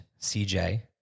CJ